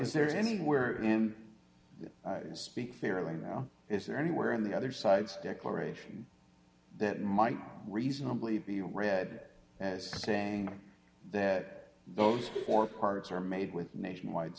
is there anywhere in the speak clearly now is there anywhere in the other side's declaration that might reasonably be read as saying that those four parts are made with nationwide